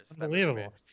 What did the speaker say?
Unbelievable